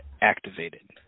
activated